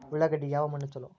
ಉಳ್ಳಾಗಡ್ಡಿಗೆ ಯಾವ ಮಣ್ಣು ಛಲೋ?